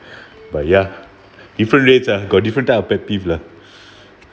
but ya different rates ah got different type of pet peeve lah